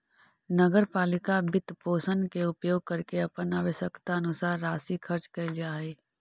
नगर पालिका वित्तपोषण के उपयोग करके अपन आवश्यकतानुसार राशि खर्च कैल जा हई